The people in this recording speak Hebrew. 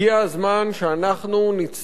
הגיע הזמן שנצטרף